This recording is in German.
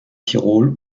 tirol